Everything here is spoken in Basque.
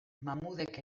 mahmudek